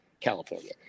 california